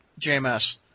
JMS